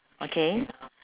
okay